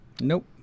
Nope